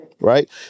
right